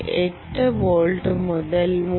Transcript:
8 volt മുതൽ 3